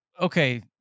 okay